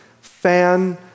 fan